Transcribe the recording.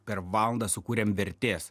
per valandą sukūrėm vertės